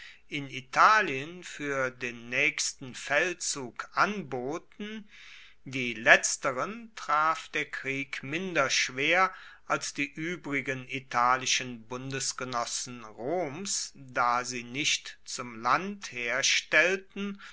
in italien fuer den naechsten feldzug anboten die letzteren traf der krieg minder schwer als die uebrigen italischen bundesgenossen roms da sie nicht zum landheer stellten